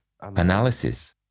analysis